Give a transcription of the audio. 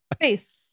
face